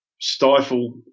stifle